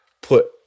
put